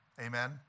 Amen